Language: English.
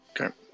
Okay